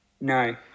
No